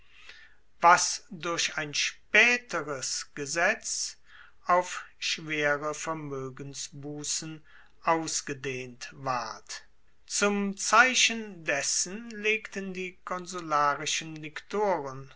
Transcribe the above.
was durch ein spaeteres gesetz auf schwere vermoegensbussen ausgedehnt ward zum zeichen dessen legten die konsularischen liktoren